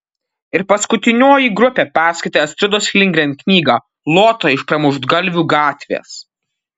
ir paskutinioji grupė perskaitė astridos lindgren knygą lota iš pramuštgalvių gatvės